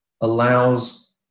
allows